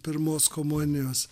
pirmos komunijos